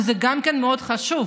שגם זה מאוד חשוב,